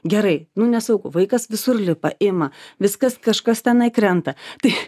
gerai nu nesaugu vaikas visur lipa ima viskas kažkas tenai krenta tai